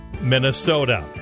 Minnesota